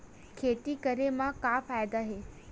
खेती करे म का फ़ायदा हे?